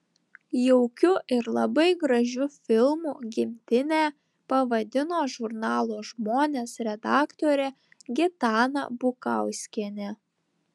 jaukiu ir labai gražiu filmu gimtinę pavadino žurnalo žmonės redaktorė gitana bukauskienė